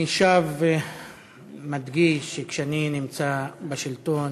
אני שב ומדגיש שכשאני נמצא בשלטון